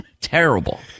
Terrible